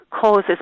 causes